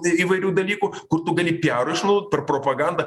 įvairių dalykų kur tu gali piarui išnaudot per propagandą